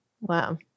Wow